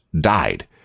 died